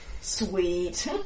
Sweet